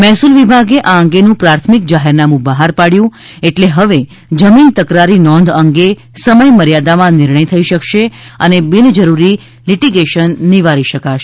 મહેસૂલ વિભાગે આ અંગેનું પ્રાથમિક જાહેરનામું બહાર પાડયું એટલે હવે જમીન તકરારી નોંધ અંગે સમયમર્યાદામાં નિર્ણય થઇ શકશે અને બિનજરૂરી લીટીગેશન નિવારી શકાશે